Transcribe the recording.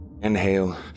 Inhale